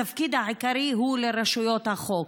התפקיד העיקרי הוא של רשויות החוק.